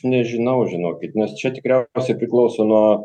nežinau žinokit nes čia tikriausia pasiklauso nuo